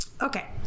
Okay